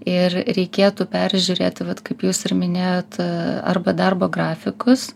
ir reikėtų peržiūrėti vat kaip jūs ir minėjot arba darbo grafikus